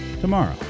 tomorrow